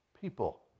people